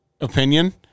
opinion